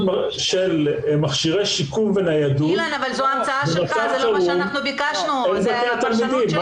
של מכשירי שיקום וניידות במצב חירום לבתי התלמידים",